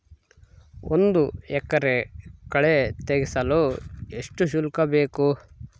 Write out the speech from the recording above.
ಒಂದು ಎಕರೆ ಕಳೆ ತೆಗೆಸಲು ಎಷ್ಟು ಶುಲ್ಕ ಬೇಕು?